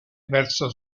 verso